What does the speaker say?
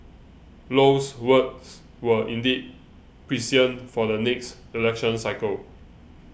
Low's words were indeed prescient for the next election cycle